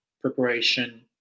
preparation